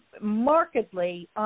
markedly